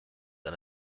and